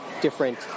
different